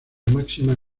máxima